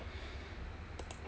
Z